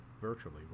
virtually